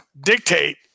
Dictate